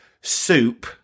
soup